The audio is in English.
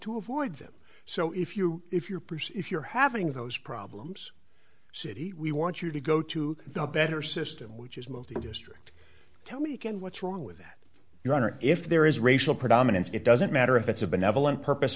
to avoid them so if you if you're perceive you're having those problems city we want you to go to the better system which is move to the district tell me again what's wrong with that your honor if there is racial predominance it doesn't matter if it's a benevolent purpose